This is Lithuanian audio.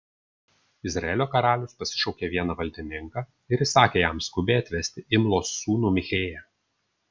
izraelio karalius pasišaukė vieną valdininką ir įsakė jam skubiai atvesti imlos sūnų michėją